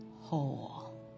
whole